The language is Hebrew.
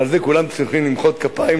ועל זה כולם צריכים למחוא כפיים,